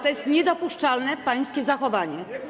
To jest niedopuszczalne, pańskie zachowanie.